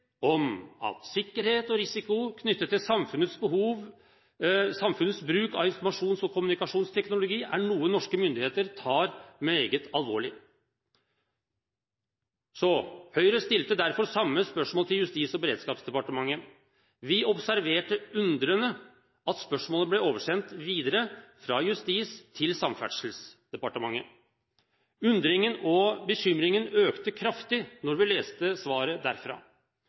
og risiko knyttet til samfunnets bruk av informasjons- og kommunikasjonsteknologi er noe norske myndigheter tar meget alvorlig.» Høyre stilte derfor det samme spørsmålet til Justis- og beredskapsdepartementet. Vi observerte undrende at spørsmålet ble sendt videre fra Justisdepartementet til Samferdselsdepartementet. Undringen og bekymringen økte kraftig da vi leste svaret derfra.